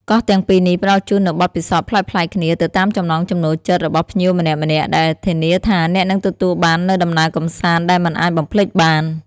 កោះទាំងពីរនេះផ្តល់ជូននូវបទពិសោធន៍ប្លែកៗគ្នាទៅតាមចំណង់ចំណូលចិត្តរបស់ភ្ញៀវម្នាក់ៗ ដែលធានាថាអ្នកនឹងទទួលបាននូវដំណើរកម្សាន្តដែលមិនអាចបំភ្លេចបាន។